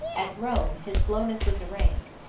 at rome his slowness was arraigned,